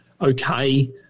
okay